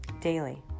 Daily